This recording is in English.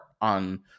on